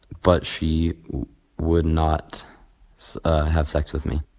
but she would not have sex with me.